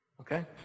Okay